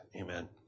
Amen